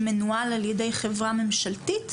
שמנוהל על ידי חברה ממשלתית?